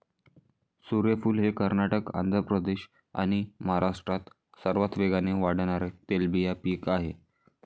सूर्यफूल हे कर्नाटक, आंध्र प्रदेश आणि महाराष्ट्रात सर्वात वेगाने वाढणारे तेलबिया पीक आहे